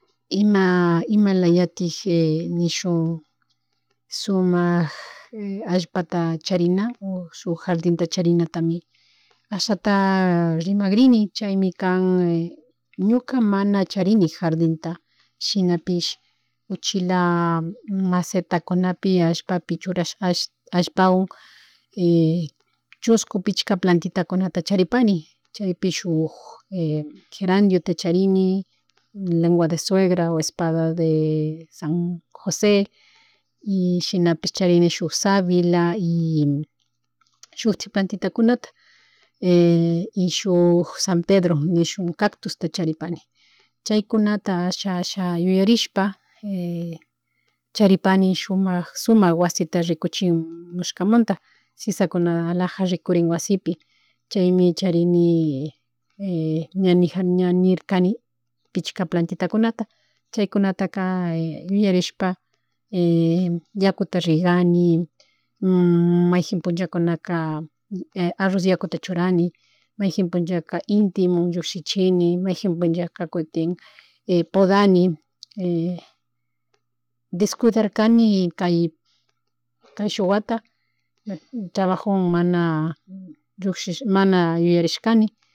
Ima imalayatik nishun sumak allpata charina o shuk jardinta charinatami ashata rimagrini chaymi kan ñuka mana charini jarndita, shinapish uchila masetakunapi allpapi churash allpawan chushku, pikcha pantitakunata charipani chaypish shuk gerandiota charini, legua de suegra o espada de San Josè y shinapish charini shuk savila y shuktik platitakunata, y shuk San pedro, nishun cactusta charipani chaycunata asha asha yuyarishpa charipani shumak, sumak wasita rikuchimushkamanta sisakuna alaja rikurin wasipi chaymi charini ña nirkani pikcha plantitakunata chaykunataka yuyarishpa yakuta regani mayjin punllakunaka arroz yakuta churani payjin punllaka, intimun lluckllishini mayjin punllaka cukin podani descuidarkani y kay, cayshuk wata trabajowan mana mana yuyarishkani